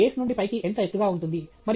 ఇది బేస్ నుండి పైకి ఎంత ఎత్తుగా ఉంటుంది